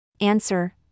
Answer